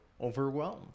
overwhelmed